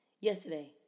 Yesterday